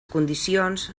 condicions